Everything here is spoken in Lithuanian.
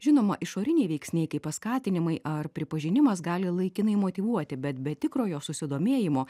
žinoma išoriniai veiksniai kaip paskatinimai ar pripažinimas gali laikinai motyvuoti bet be tikrojo susidomėjimo